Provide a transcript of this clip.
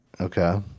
Okay